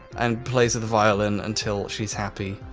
and plays the violin until she's happy.